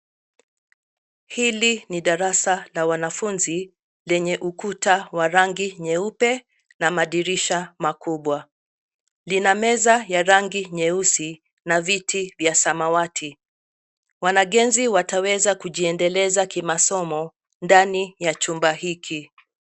Hili ni darasa la wanafunzi lenye ukuta wa rangi nyeupe na madirisha makubwa. Lina meza ya rangi nyeusi na viti vya samawati. Wanagenzi wataweza kujiendeleza kimasomo ndani ya chumba hiki.